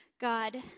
God